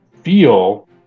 feel